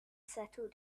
settle